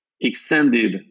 extended